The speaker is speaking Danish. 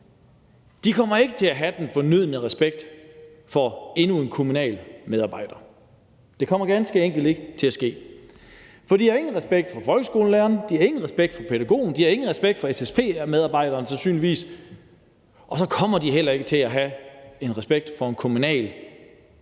om, kommer ikke til at have den fornødne respekt for endnu en kommunal medarbejder. Det kommer ganske enkelt ikke til at ske. For de har ingen respekt for folkeskolelæreren, de har ingen respekt for pædagogen, de har sandsynligvis ingen respekt for SSP-medarbejderen, og så kommer de heller ikke til at have respekt for en kommunal vagt.